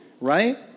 right